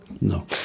No